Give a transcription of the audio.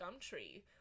gumtree